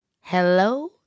Hello